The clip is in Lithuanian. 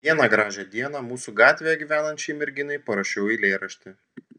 vieną gražią dieną mūsų gatvėje gyvenančiai merginai parašiau eilėraštį